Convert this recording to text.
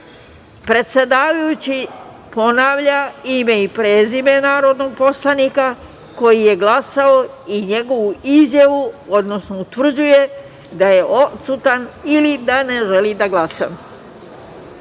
„uzdržan“.Predsedavajući ponavlja ime i prezime narodnog poslanika koji je glasao i njegovu izjavu, odnosno utvrđuje da je odsutan i da ne želi da